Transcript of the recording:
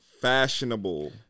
fashionable